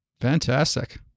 Fantastic